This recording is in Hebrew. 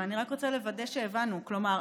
אבל אני רק רוצה לוודא שהבנו: כלומר,